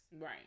Right